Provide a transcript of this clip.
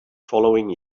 following